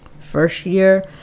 first-year